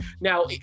Now